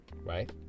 right